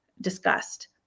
discussed